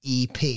EP